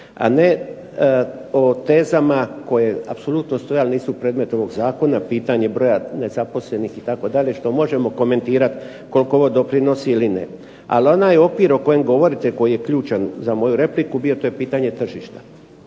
a ne o tezama koje apsolutno stoje, ali nisu predmet ovog zakona. Pitanje broja nezaposlenih itd., što možemo komentirati koliko ovo doprinosi ili ne. Ali onaj okvir o kojem govorite i koji je ključan bio za moju repliku to je pitanje tržišta.